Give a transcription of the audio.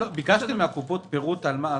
ביקשתם מן הקופות פירוט על העלות?